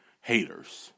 haters